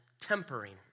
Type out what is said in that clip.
tempering